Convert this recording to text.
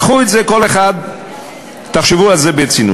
קחו את זה, כל אחד, תחשבו על זה ברצינות.